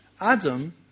Adam